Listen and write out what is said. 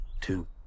two